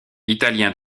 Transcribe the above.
italien